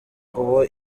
uwo